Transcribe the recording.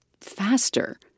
faster